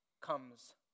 comes